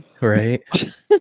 Right